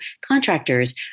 contractors